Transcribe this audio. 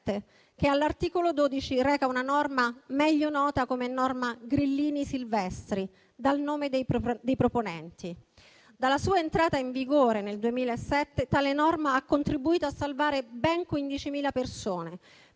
che, all'articolo 12, reca una norma meglio nota come norma Grillini-Silvestri, dal nome dei proponenti. Dalla sua entrata in vigore nel 2007 tale norma ha contribuito a salvare ben 15.000 persone.